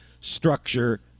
structure